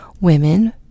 women